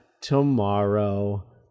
tomorrow